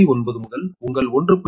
9 முதல் உங்கள் 1